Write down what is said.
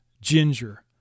ginger